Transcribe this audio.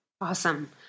Awesome